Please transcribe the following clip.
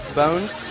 bones